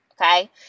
Okay